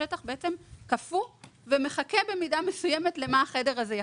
השטח קפוא ומחכה במידה מסוימת למה שהחדר הזה יחליט.